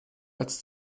als